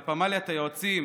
על פמליית היועצים,